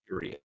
period